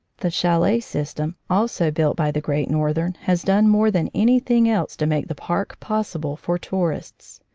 the chalet system, also built by the great northern, has done more than anything else to make the park possible for tourists.